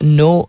no